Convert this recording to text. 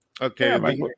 okay